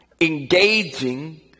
engaging